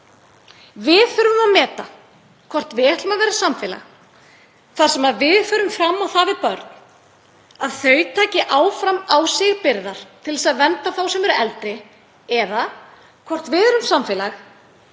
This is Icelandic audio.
Við þurfum að meta hvort við ætlum að vera samfélag þar sem við förum fram á það við börn að þau taki áfram á sig byrðar til að vernda þá sem eru eldri eða hvort við erum samfélag